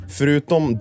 Förutom